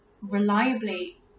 reliably